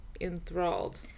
enthralled